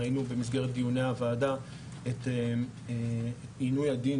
ראינו במסגרת דיוני הוועדה את עינוי הדין